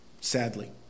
sadly